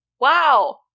Wow